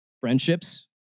friendships